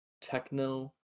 techno